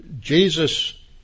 Jesus